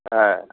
হ্যাঁ